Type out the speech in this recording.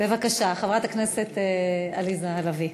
בבקשה, חברת הכנסת עליזה לביא.